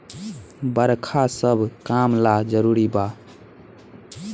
बरखा सब काम ला जरुरी बा